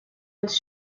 was